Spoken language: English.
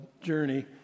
journey